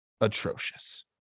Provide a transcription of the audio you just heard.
atrocious